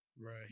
Right